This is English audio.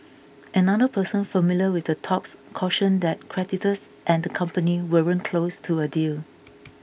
another person familiar with the talks cautioned that creditors and the company weren't close to a deal